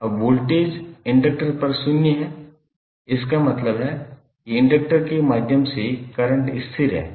अब voltage inductor पर शून्य है इसका मतलब है कि इंडक्टर के माध्यम से करंट स्थिर है